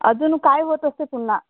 अजून काय होत असते पुन्हा